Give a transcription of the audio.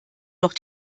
noch